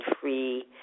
free